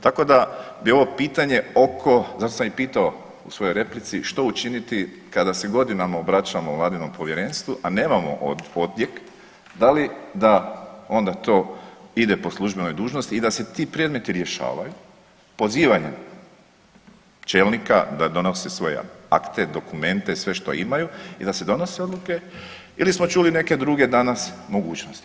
Tako da bi ovo pitanje oko, zato sam i pitao u svojoj replici, što učiniti kada se godinama obraćamo Vladinom Povjerenstvu, a nemamo odjek, da li da onda to ide po službenoj dužnosti i da se ti predmeti rješavaju pozivanjem čelnika da donose svoje akte, dokumente, sve što imaju i da se donose odluke ili smo čuli neke druge danas mogućnosti.